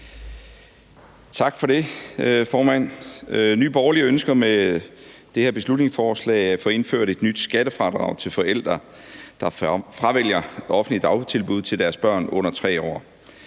Tak for det, formand. Nye Borgerlige ønsker med det her beslutningsforslag at få indført et nyt skattefradrag til forældre, der fravælger offentlige dagtilbud til deres børn under 3 år.